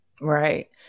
Right